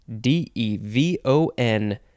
D-E-V-O-N